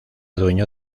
dueño